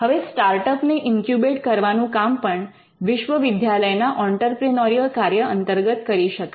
હવે સ્ટાર્ટઅપ ને ઇન્ક્યુબેટ્ કરવાનું કામ પણ વિશ્વવિદ્યાલયના ઑંટરપ્રિનોરિયલ કાર્ય અંતર્ગત કરી શકાય